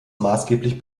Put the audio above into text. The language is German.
maßgeblich